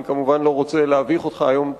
אני כמובן לא רוצה להביך אותך היום,